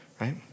right